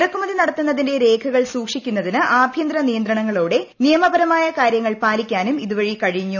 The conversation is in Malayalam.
ഇറക്കുമതി നടത്തുന്നതിന്റെ രേഖകൾ സൂക്ഷിക്കുന്നതിന് ആഭ്യന്തര നിയന്ത്രണങ്ങളോടെ നിയമപരമായ കാര്യങ്ങൾ പാലിക്കാനും ഇതുവഴി കഴിഞ്ഞു